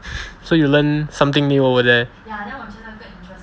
so you learn something new over there